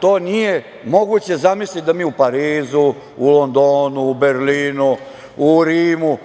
to nije moguće. Zamislite da mi u Parizu, u Londonu, u Berlinu, u Rimu